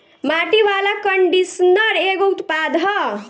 माटी वाला कंडीशनर एगो उत्पाद ह